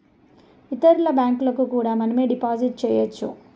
ఇతరుల బ్యాంకులకు కూడా మనమే డిపాజిట్ చేయొచ్చు